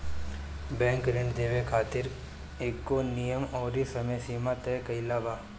bank ऋण देवे खातिर एगो नियम अउरी समय सीमा तय कईले बा